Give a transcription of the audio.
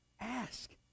ask